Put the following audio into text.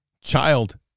child